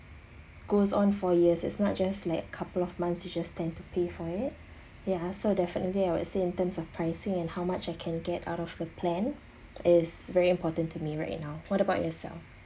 goes on for years it's not just like a couple of months you just tend to pay for it ya so definitely I would say in terms of pricing and how much I can get out of the plan is very important to me right now what about yourself